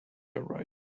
arriving